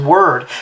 Word